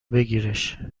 بگیرش